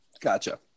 Gotcha